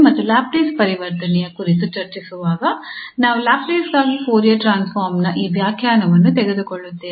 ಮತ್ತು ಲ್ಯಾಪ್ಲೇಸ್ ಪರಿವರ್ತನೆಯ ಕುರಿತು ಚರ್ಚಿಸುವಾಗ ನಾವು ಲ್ಯಾಪ್ಲೇಸ್ಗಾಗಿ ಫೋರಿಯರ್ ಟ್ರಾನ್ಸ್ಫಾರ್ಮ್ ನ ಈ ವ್ಯಾಖ್ಯಾನವನ್ನು ತೆಗೆದುಕೊಳ್ಳುತ್ತೇವೆ